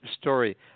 story